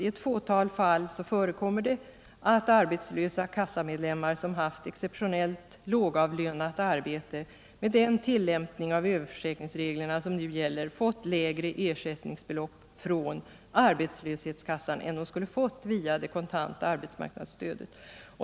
I ett fåtal fall förekommer det att arbetslösa kassamedlemmar som haft speciellt lågavlönat arbete med den tillämpning av överförsäkringsreglerna som nu gäller fått lägre ersättningsbelopp från arbetslöshetskassan än de skulle ha fått via det kontanta arbetsmarknadsstödet.